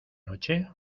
noche